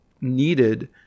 needed